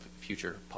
future